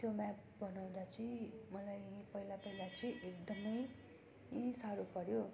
त्यो म्याफ बनाउँदा चाहिँ मलाई पहिला पहिला चाहिँ एकदम साह्रो पर्यो